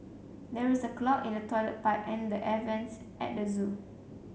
there is a clog in the toilet pipe and the air vents at the zoo